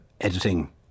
editing